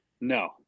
No